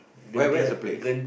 where where is the place